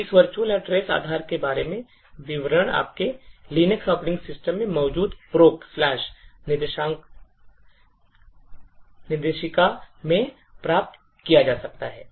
तो इस virtual address Aadhaar के बारे में विवरण आपके Linux operation system में मौजूद proc निर्देशिका से प्राप्त किया जा सकता है